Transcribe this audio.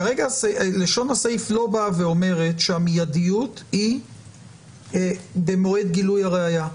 כרגע לשון הסעיף לא באה ואומרת שהמיידיות היא במועד גילוי הראיה.